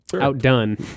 outdone